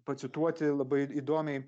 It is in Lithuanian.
pacituoti labai įdomiai